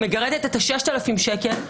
מגרדת את ה-6,000 שקלים,